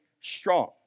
strong